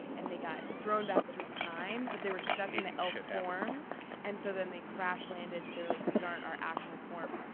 and they got thrown back through time, but they were stuck in the elf forms and so then they crash landed, but they were like, these aren't our actual forms,